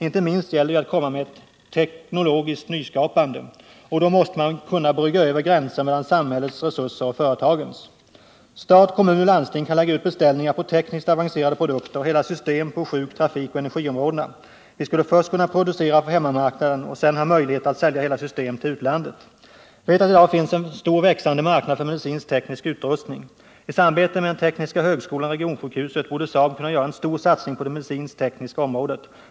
Inte minst gäller det ju att komma med ett teknologiskt nyskapande, och då måste man kunna brygga över gränser mellan samhällets resurser och företagens. Stat, kommun och landsting kan lägga ut beställningar på tekniskt avancerade produkter och hela system på sjuk-, trafikoch energiområdena. Vi skulle först kunna producera för hemmamarknaden och sedan ha möjligheter att sälja hela system till utlandet. Vi vet att det i dag finns en stor växande marknad för medicinsk-teknisk utrustning. I samarbete med tekniska högskolan och regionsjukhuset borde Saab kunna göra en storsatsning på det medicinskt-tekniska området.